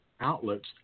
outlets